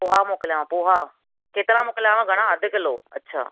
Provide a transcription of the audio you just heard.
पोहा मोकिलियांव पोहा केतिरा मोकिलियांव अधु किलो अच्छा